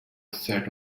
sat